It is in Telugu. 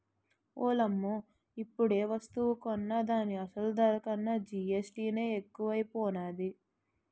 ఓలమ్మో ఇప్పుడేవస్తువు కొన్నా దాని అసలు ధర కన్నా జీఎస్టీ నే ఎక్కువైపోనాది